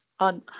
on